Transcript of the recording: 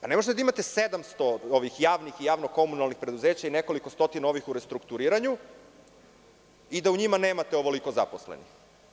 Ne možete da imate 700 javnih i javno-komunalnih preduzeća i nekoliko stotina ovih u restrukturiranju i da u njima nemate ovoliko zaposlenih.